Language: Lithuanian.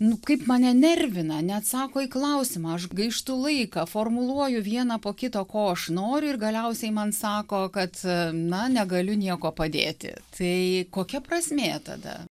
nu kaip mane nervina neatsako į klausimą aš gaištu laiką formuluoju vieną po kito ko aš noriu ir galiausiai man sako kad na negaliu nieko padėti tai kokia prasmė tada